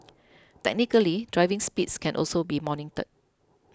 technically driving speeds can also be monitored